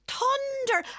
thunder